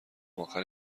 اخر